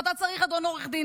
ואתה צריך להתפטר,